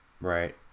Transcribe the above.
right